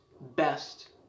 best